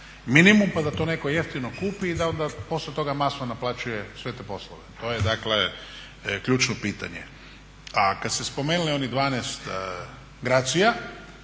minimum pa da to neko jeftino kupi i da onda poslije toga masno naplaćuje sve te poslove. to je ključno pitanje. A kada ste spomenuli onih 12 Gracija